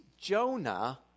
Jonah